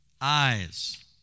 eyes